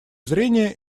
зрения